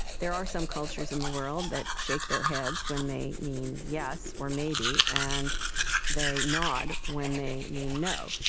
there are some cultures in the world that shake their heads when they mean yes or maybe, and they nod when they mean no.